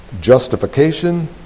Justification